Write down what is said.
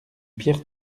pierre